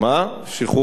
שחרור אסירים.